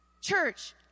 Church